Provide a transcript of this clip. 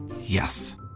Yes